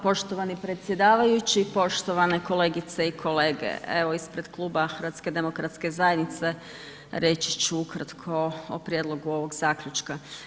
Poštovani predsjedavajući, poštovane kolegice i kolege, evo ispred Kluba HDZ-a reći ću ukratko o prijedlogu ovog zaključka.